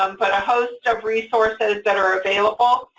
um but a host of resources that are available.